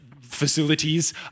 facilities